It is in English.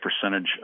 percentage